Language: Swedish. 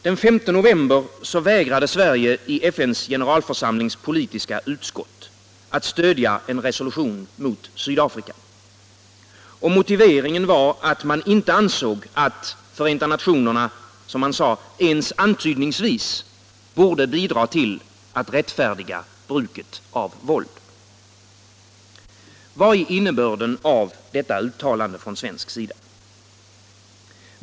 Den 5 november vägrade Sverige i FN:s generalförsamlings politiska utskott att stödja en resolution mot Sydafrika. Motiveringen var att man inte ansåg att FN, som man sade, ens antydningsvis borde bidra till att rättfärdiga bruket av våld. Vad är innebörden av detta uttalande från svenskt håll?